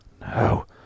No